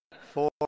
four